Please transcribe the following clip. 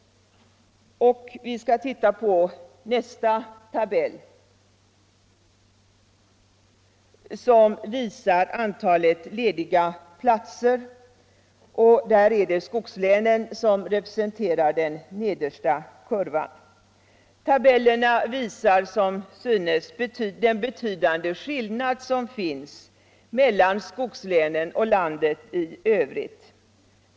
Nästa diagram visar antalet lediga platser — den nedersta kurvan representerar skogslänen. Av diagrammen framgår vilken betydande skillnad som finns mellan skogslänen och landet i övrigt.